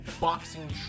boxing